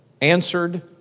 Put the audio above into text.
answered